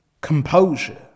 composure